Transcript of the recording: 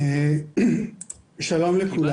שלום לכולם.